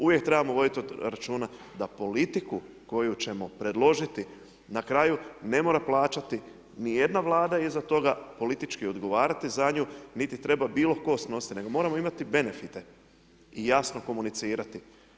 Uvijek trebamo voditi računa da politiku koju ćemo predložiti na kraju ne mora plaćati niti jedna Vlada iza toga, politički odgovarati za nju niti treba bilo tko snositi nego moramo imati benefite i jasno komunicirati.